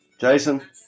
Jason